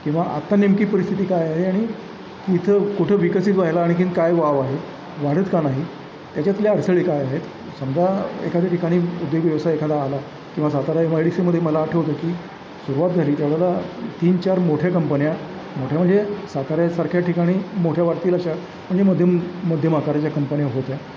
किंवा आत्ता नेमकी परिस्थिती काय आहे आणि इथं कुठं विकसित व्हायला आणखीन काय वाव आहे वाढत का नाही त्याच्यातल्या अडचणी काय आहेत समजा एखाद्या ठिकाणी उद्योग व्यवसाय एखादा आला किंवा सातारा एम आय डी सीमध्ये मला आठवतं की सुरुवात झाली त्यावेळला तीन चार मोठ्या कंपन्या मोठ्या म्हणजे साताऱ्यासारख्या ठिकाणी मोठ्या वाटतील अशा म्हणजे मध्यम मध्यम आकाराच्या कंपन्या होत्या